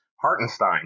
Hartenstein